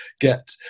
get